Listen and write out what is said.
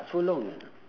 so long ah